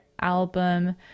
album